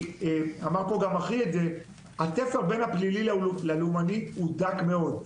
ואמר את זה פה גם אחי: התפר בין הפלילי ללאומני הוא דק מאוד.